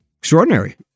Extraordinary